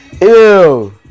Ew